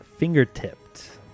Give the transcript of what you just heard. Fingertipped